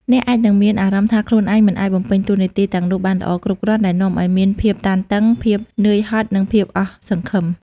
អ្នកអាចនឹងមានអារម្មណ៍ថាខ្លួនឯងមិនអាចបំពេញតួនាទីទាំងនោះបានល្អគ្រប់គ្រាន់ ដែលនាំឱ្យមានភាពតានតឹង ភាពនឿយហត់ និងភាពអស់សង្ឃឹម។